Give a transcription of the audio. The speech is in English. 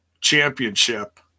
championship